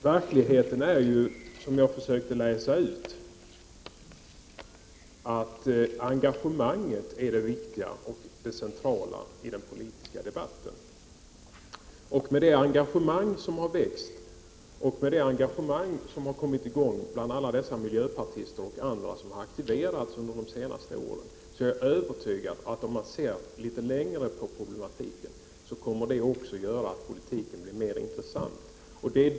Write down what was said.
Verkligheten är ju, som jag försökte läsa ut, att engagemanget är det viktiga och det centrala i den politiska debatten. Jag är övertygad om att det engagemang som har väckts bland alla dessa miljöpartister och andra som har aktiverats under de senaste åren också på längre sikt kommer att göra att politiken blir mer intressant.